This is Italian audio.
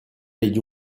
degli